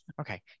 Okay